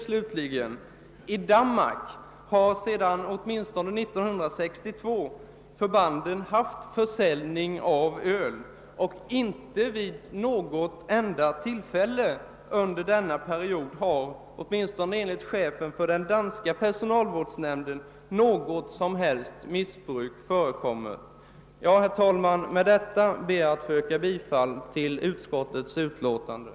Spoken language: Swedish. Slutligen har man i Danmark sedan 1962 sålt öl vid förbanden, och enligt chefen för den danska personalvårdsnämnden har det inte vid något tillfälle under denna tid förekommit något som helst missbruk. Herr talman! Med det anförda ber jag att få yrka bifall till utskottets hemställan.